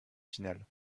finale